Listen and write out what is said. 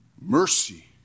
Mercy